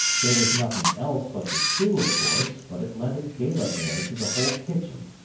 there was nothing else but the stew, of course, but it lent a gala air to the whole kitchen.